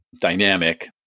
dynamic